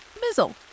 mizzle